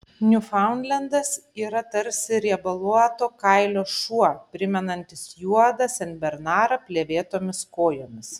niūfaundlendas yra tarsi riebaluoto kailio šuo primenantis juodą senbernarą plėvėtomis kojomis